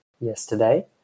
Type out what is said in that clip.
yesterday